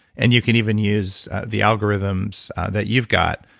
and you can even use the algorithms that you've got.